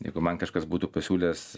jeigu man kažkas būtų pasiūlęs